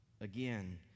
again